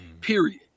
period